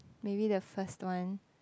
maybe the first one